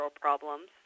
problems